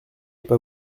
pas